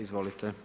Izvolite.